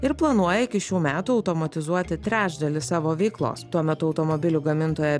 ir planuoja iki šių metų automatizuoti trečdalį savo veiklos tuo metu automobilių gamintoja